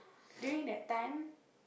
during that time